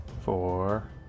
Four